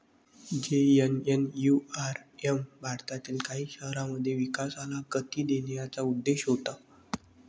JNNURM भारतातील काही शहरांमध्ये विकासाला गती देण्याचा उद्देश होता